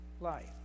life